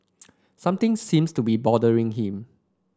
something seems to be bothering him